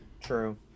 True